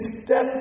step